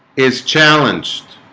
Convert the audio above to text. is challenged